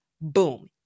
Boom